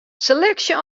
seleksje